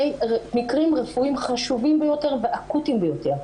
רפואיים חשובים ביותר ואקוטיים ביותר.